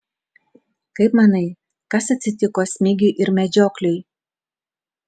kaip manai kas atsitiko smigiui ir medžiokliui